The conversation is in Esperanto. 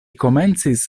komencis